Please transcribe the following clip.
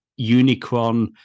Unicron